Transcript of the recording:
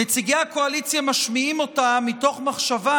נציגי הקואליציה משמיעים אותה מתוך מחשבה